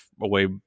away